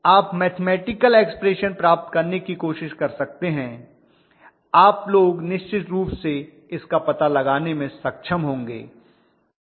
आप mathematical expression प्राप्त करने की कोशिश कर सकते हैं आप लोग निश्चित रूप से इसका पता लगाने में सक्षम होंगे